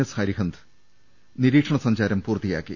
S Arihant നിരീക്ഷണ സഞ്ചാരം പൂർത്തിയാക്കി